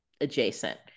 adjacent